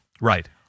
Right